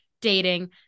dating